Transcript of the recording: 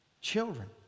children